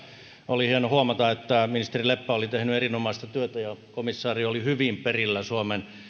oli hieno huomata että ministeri leppä oli tehnyt erinomaista työtä ja komissaari oli hyvin perillä suomen